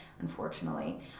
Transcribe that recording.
unfortunately